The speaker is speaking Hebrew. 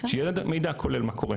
שיהיה מידע כולל מה קורה.